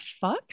fuck